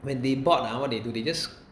when they bored ah what they do they just